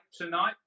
tonight